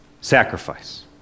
sacrifice